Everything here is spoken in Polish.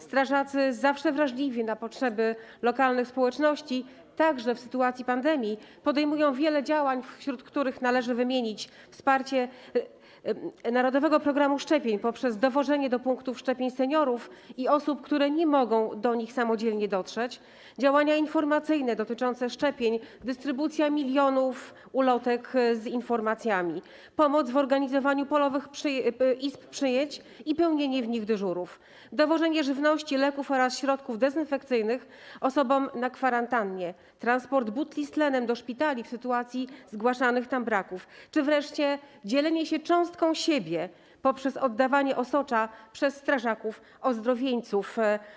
Strażacy, zawsze wrażliwi na potrzeby lokalnych społeczności, także w sytuacji pandemii podejmują wiele działań, wśród których należy wymienić wsparcie Narodowego Programu Szczepień poprzez dowożenie do punków szczepień seniorów i osób, które nie mogą do nich samodzielnie dotrzeć, działania informacyjne dotyczące szczepień, dystrybucję milionów ulotek z informacjami, pomoc w organizowaniu polowych izb przyjęć i pełnienie w nich dyżurów, dowożenie żywności, leków oraz środków dezynfekcyjnych osobom na kwarantannie, transport butli z tlenem do szpitali w sytuacji zgłaszanych tam braków czy wreszcie dzielenie się cząstką siebie poprzez oddawanie osocza przez strażaków ozdrowieńców.